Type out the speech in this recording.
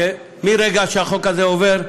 מרגע שהחוק הזה עובר,